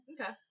Okay